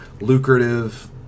lucrative